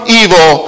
evil